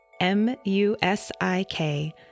M-U-S-I-K